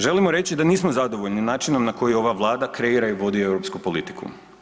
Želimo reći da nismo zadovoljni načinom na koji ova Vlada kreira i vodi europsku politiku.